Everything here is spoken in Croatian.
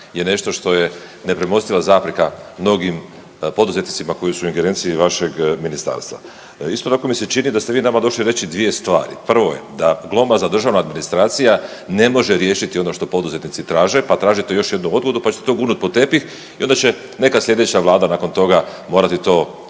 je nešto što je nepremostiva zapreka mnogim poduzetnicima koji su u ingerenciji vašeg ministarstva. Isto tako mi se čini da ste vi nama došli reći dvije stvari, prvo je da glomazna državna administracija ne može riješiti ono što poduzetnici traže pa tražite još jednu odgodu, pa ćete to gurnut pod tepih i onda će neka sljedeća vlada nakon toga morati to odlučiti,